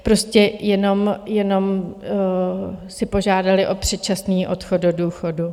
Prostě jenom si požádali o předčasný odchod do důchodu.